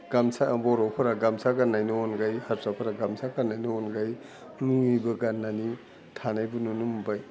गामसा बर'फोरा गामसा गान्नायनि अनगायै हारसाफोरा गामसा गान्नायनि अनगायै लुङिबो गान्नानै थानायबो नुनो मोनबाय